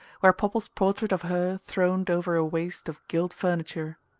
where popple's portrait of her throned over a waste of gilt furniture.